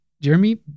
Jeremy